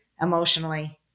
emotionally